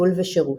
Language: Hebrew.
טיפול ושירות.